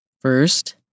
First